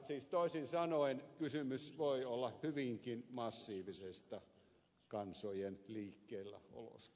siis toisin sanoen kysymys voi olla hyvinkin massiivisesta kansojen liikkeelläolosta